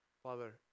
Father